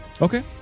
okay